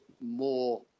more